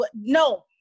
no